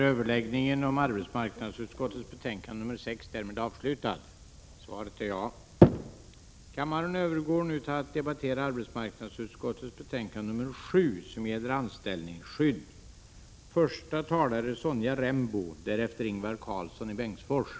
Beträffande justitieutskottets betänkanden 2 och 4 är ingen talare anmäld. Kammaren övergår därför till att debattera lagutskottets betänkande 5 om aktiebolagsrättsliga frågor och näringsutskottets betänkande 4 om fondbörsverksamhet. I fråga om dessa betänkanden hålls gemensam överläggning.